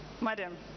madam